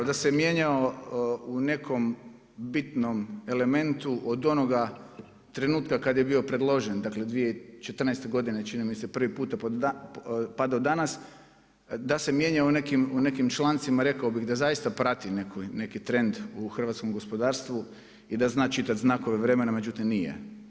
Da se mijenjao u nekom bitnom elementu od onoga trenutka kad je bio predložen, dakle 2014. godine čini mi se prvi puta pa do danas, da se mijenjao u nekim člancima rekao bih da zaista prati neki trend u hrvatskom gospodarstvu i da zna čitati znakove vremena, međutim nije.